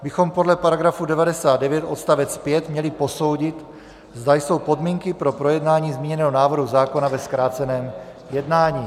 bychom podle § 99 odst. 5 měli posoudit, zda jsou podmínky pro projednání zmíněného návrhu zákona ve zkráceném jednání.